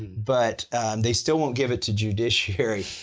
but they still won't give it to judiciary.